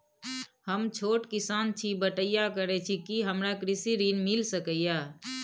हम छोट किसान छी, बटईया करे छी कि हमरा कृषि ऋण मिल सके या?